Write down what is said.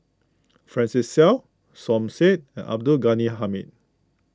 Francis Seow Som Said and Abdul Ghani Hamid